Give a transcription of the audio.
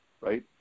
right